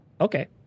okay